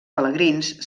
pelegrins